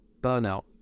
burnout